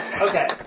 Okay